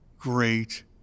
great